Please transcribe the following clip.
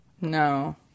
No